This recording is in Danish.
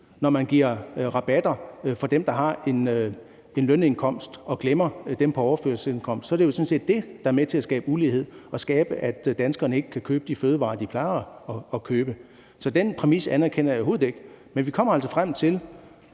Når man giver rabatter til dem, der har en lønindkomst, og glemmer dem på overførselsindkomst, så er det jo det, der er med til at skabe ulighed, og som gør, at danskerne kan købe de fødevarer, de plejer at købe. Så den præmis anerkender jeg overhovedet ikke. Men vi kommer altså til